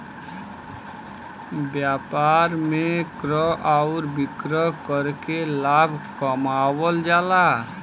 व्यापार में क्रय आउर विक्रय करके लाभ कमावल जाला